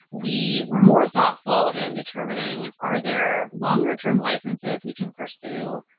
we were more thoughtful in determining are there longer-term licenses we can pursue?